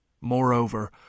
Moreover